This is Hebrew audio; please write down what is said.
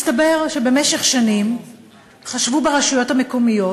מסתבר שבמשך שנים חשבו ברשויות המקומיות